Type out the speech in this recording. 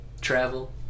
travel